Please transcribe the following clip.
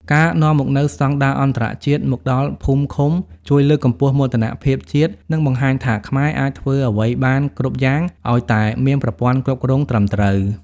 ការនាំមកនូវ "ស្ដង់ដារអន្តរជាតិ" មកដល់ភូមិឃុំ ជួយលើកកម្ពស់មោទនភាពជាតិ និងបង្ហាញថាខ្មែរអាចធ្វើអ្វីបានគ្រប់យ៉ាងឱ្យតែមានប្រព័ន្ធគ្រប់គ្រងត្រឹមត្រូវ។